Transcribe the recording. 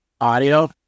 audio